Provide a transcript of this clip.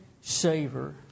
savor